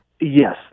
Yes